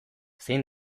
zein